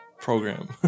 program